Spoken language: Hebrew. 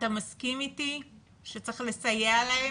אתה מסכים איתי שצריך לסייע להם?